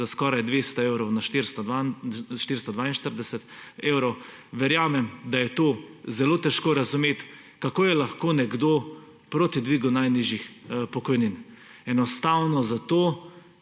za skoraj 200 evrov – na 442 evrov. Verjamem, da je to zelo težko razumeti, kako je lahko nekdo proti dvigu najnižjih pokojnin. Enostavno zato,